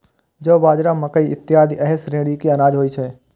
जौ, बाजरा, मकइ इत्यादि एहि श्रेणी के अनाज होइ छै